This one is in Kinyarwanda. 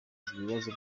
ikibazo